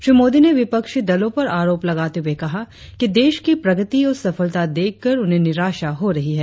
श्री मोदी ने विपक्षी दलो पर आरोप लगाते हुए कहा कि देश की प्रगति और सफलता देखकर उन्हें निराशा हो रही है